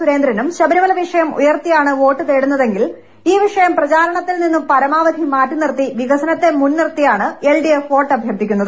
സുരേന്ദ്രനും ശബരിമല വിഷയം ഉയർത്തിയാണ് വോട്ടിതേടുന്നതെങ്കിൽ ഈ വിഷയം പ്രചാരണത്തിൽ നിന്നു പരമാവധി മാറ്റിനിർത്തി വികസനത്തെ മുൻനിർത്തിയാണ് എൽഡിഎഫ് വോട്ടഭ്യർഥിക്കുന്നത്